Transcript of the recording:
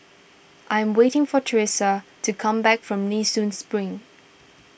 I'm waiting for Thresa to come back from Nee Soon Spring